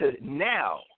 now